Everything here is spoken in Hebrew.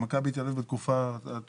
מכבי תל אביב בתקופה הטובה.